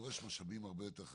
דורשים משאבים הרבה יותר כבדים,